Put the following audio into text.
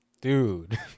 Dude